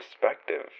perspective